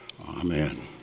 Amen